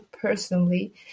personally